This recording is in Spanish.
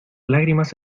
lágrimas